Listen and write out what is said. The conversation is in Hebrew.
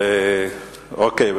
אוקיי.